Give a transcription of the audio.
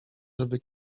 żeby